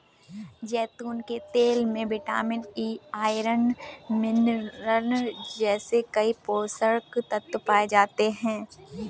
जैतून के तेल में विटामिन ई, आयरन, मिनरल जैसे कई पोषक तत्व पाए जाते हैं